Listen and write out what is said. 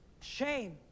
shame